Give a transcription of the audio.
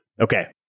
Okay